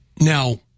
Now